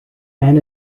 man